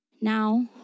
Now